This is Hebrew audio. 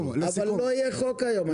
לסיכום --- לא יהיה חוק היום,